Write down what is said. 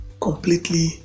completely